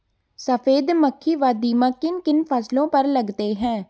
सफेद मक्खी व दीमक किन किन फसलों पर लगते हैं?